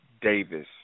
Davis